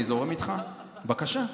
אני זורם איתך, בבקשה.